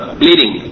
bleeding